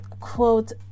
quote